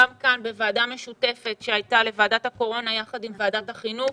גם כאן בוועדה משותפת שהייתה לוועדת הקורונה יחד עם ועדת החינוך,